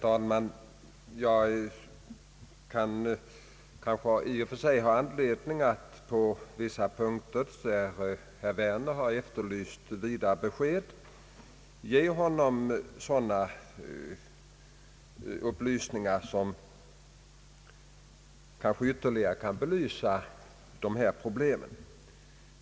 Herr talman! Jag har i och för sig anledning att på vissa punkter, där herr Werner efterlyser vidare besked, ge honom sådana informationer som kanske ytterligare kan belysa dessa problem.